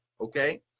Okay